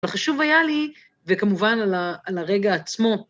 חשוב היה לי, וכמובן על הרגע עצמו.